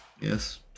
Yes